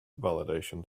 validation